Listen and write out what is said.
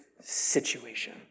situation